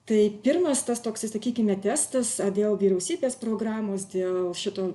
tai pirmas tas toks sakykime testas dėl vyriausybės programos dėl šito